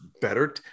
better